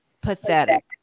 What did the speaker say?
pathetic